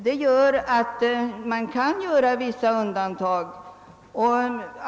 Man kan alltså göra vissa undantag.